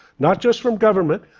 not just from government,